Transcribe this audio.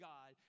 God